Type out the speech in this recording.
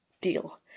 Deal